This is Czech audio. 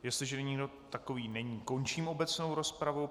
Jestliže nikdo takový není, končím obecnou rozpravu.